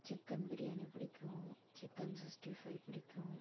chicken biryani பிடிக்கும் chicken sixty five பிடிக்கும்